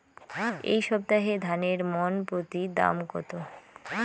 এই সপ্তাহে ধানের মন প্রতি দাম কত?